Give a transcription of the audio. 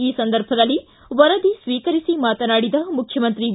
ಈ ಸಂದರ್ಭದಲ್ಲಿ ವರದಿ ಸ್ವೀಕರಿಸಿ ಮಾತನಾಡಿದ ಮುಖ್ಯಮಂತ್ರಿ ಬಿ